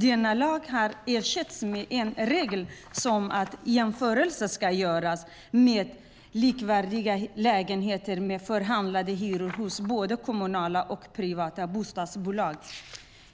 Denna lag har ersatts med en regel om att jämförelse ska göras med likvärdiga lägenheter med förhandlade hyror hos både kommunala och privata bostadsföretag.